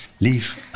leave